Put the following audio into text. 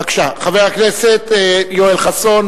בבקשה, חבר הכנסת יואל חסון.